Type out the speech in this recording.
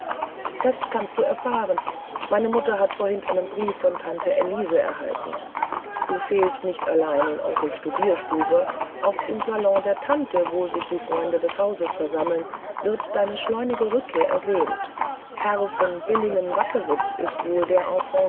das kannst du erfahren meine mutter hat vorhin einen brief von tante elise erhalten du fehlst nicht allein in onkels studierstube auch im salon der tante wo sich die freunde des hauses versammeln wird deine schleunige rückkehr ersehnt herr von billingen wackewitz ist wohl das